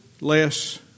less